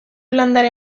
landare